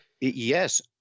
Yes